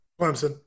Clemson